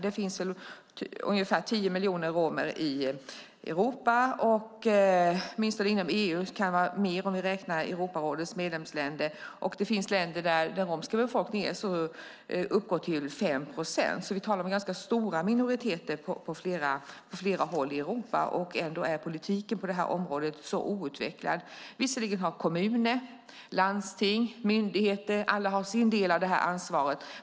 Det finns ungefär tio miljoner romer i Europa eller åtminstone inom EU. Det kan vara fler om räknar Europarådets medlemsländer. Det finns länder där den romska befolkningen uppgår till 5 procent. Vi talar om ganska stora minoriteter på flera håll i Europa. Ändå är politiken på området så outvecklad. Visserligen har kommuner, landsting och myndigheter alla sin del av ansvaret.